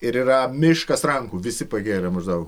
ir yra miškas rankų visi pakėlę maždaug